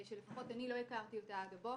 שלפחות אני לא היכרתי אותה עד הבוקר.